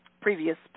previous